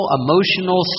emotional